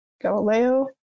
Galileo